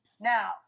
Now